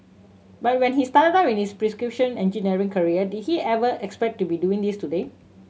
but when he started out in his precision engineering career did he ever expect to be doing this today